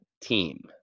team